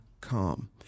calm